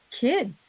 kids